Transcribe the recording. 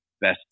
best